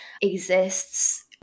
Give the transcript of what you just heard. exists